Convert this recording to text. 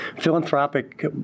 philanthropic